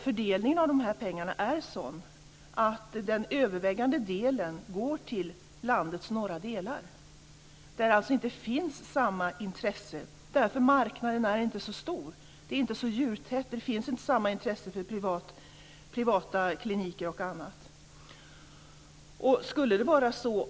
Fördelningen av de här pengarna är sådan att den övervägande delen går till landets norra delar där det alltså inte finns samma intresse därför att marknaden inte är så stor. Det är inte så djurtätt. Det finns inte samma intresse för privata kliniker och annat.